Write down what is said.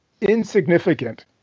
insignificant